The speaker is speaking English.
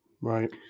Right